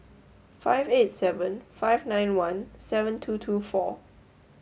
five eight seven five nine one seven two two four